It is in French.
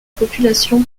population